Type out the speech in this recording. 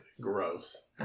Gross